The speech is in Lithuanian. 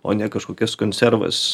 o ne kažkokias konservas